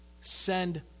send